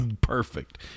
perfect